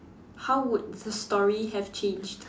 how would the story have changed